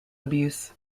abuse